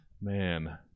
Man